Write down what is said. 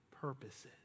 purposes